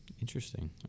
Interesting